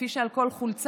כפי שעל כל חולצה